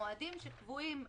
המועדים שקבועים בחוק-יסוד: